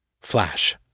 Flash